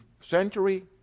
century